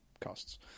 costs